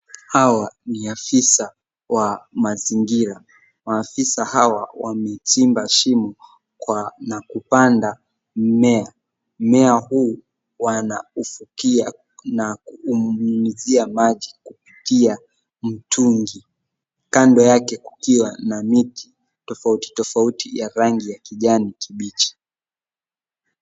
Hawa ni afisa wa mazingira. Maafisa hawa wamechimba shimo na kupanda mmea. Mmea huu wanaufukia na kuunyunyizia maji kupitia mtungi. Kando yake kukiwa na miti tofauti tofauti ya rangi ya kijani kibichi.